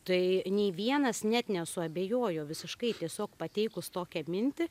tai nei vienas net nesuabejojo visiškai tiesiog pateikus tokią mintį